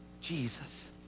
Jesus